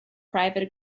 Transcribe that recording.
private